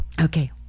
Okay